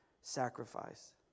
sacrifice